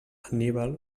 anníbal